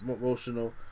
emotional